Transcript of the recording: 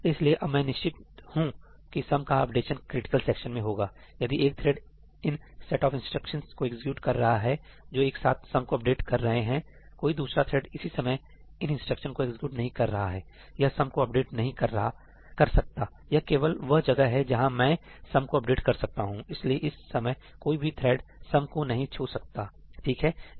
इसलिए मैं अब निश्चिंत हूं कि सम का अपडेशन क्रिटिकल सेक्शन में होगा यदि एक थ्रेड इन सेट आफ इंस्ट्रक्शंस को एग्जीक्यूट कर रहा है जो एक साथ सम को अपडेट कर रहे हैं कोई दूसरा थ्रेड इसी समय इन इंस्ट्रक्शंस को एग्जीक्यूट नहीं कर रहा है यह सम को अपडेट नहीं कर सकता यह केवल वह जगह है जहां मैं सम को अपडेट कर सकता हूं इसलिए इस समय कोई भी थ्रेड सम को नहीं छू सकता ठीक है